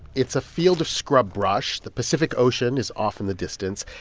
it's a field of scrub brush. the pacific ocean is off in the distance.